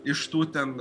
iš tų ten